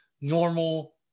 normal